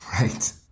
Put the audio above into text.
Right